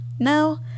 Now